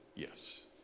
Yes